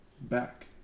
back